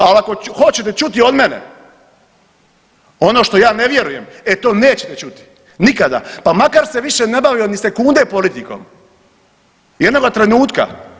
Al ako hoćete čuti od mene ono što ja ne vjerujem, e to nećete čuti nikada, pa makar se više ne bavio ni sekunde politikom jednoga trenutka.